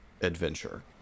adventure